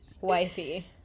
wifey